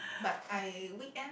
but I weekend